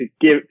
give